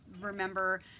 remember